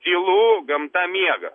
tylu gamta miega